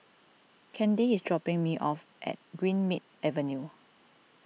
Candi is dropping me off at Greenmead Avenue